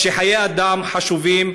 שחיי אדם חשובים.